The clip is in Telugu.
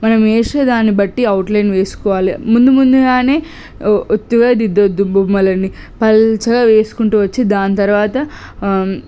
మనం ఏశే దాన్ని బట్టి అవుట్ లైన్ వేసుకోవాలి ముందు ముందుగానే ఒ ఒత్తుగా దిద్దవద్దు బొమ్మలన్నీ పలుచగా వేసుకుంటూ వచ్చి దాని తర్వాత